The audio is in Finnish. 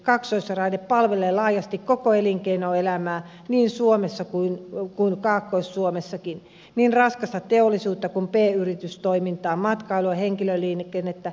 kaksoisraide palvelee laajasti koko elinkeinoelämää niin koko suomessa kuin kaakkois suomessakin niin raskasta teollisuutta kuin pk yritystoimintaa matkailua ja henkilöliikennettä